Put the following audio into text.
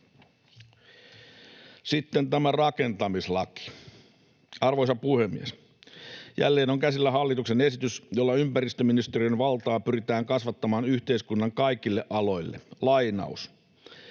Sitten tämä rakentamislaki. Arvoisa puhemies! Jälleen on käsillä hallituksen esitys, jolla ympäristöministeriön valtaa pyritään kasvattamaan yhteiskunnan kaikille aloille.